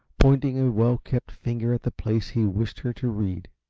pointing a well-kept finger at the place he wished her to read.